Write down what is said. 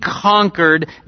conquered